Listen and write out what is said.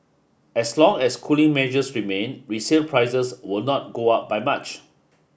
as long as cooling measures remain resale prices will not go up by much